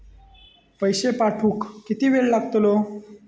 पैशे पाठवुक किती वेळ लागतलो?